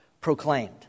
proclaimed